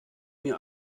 mir